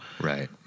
Right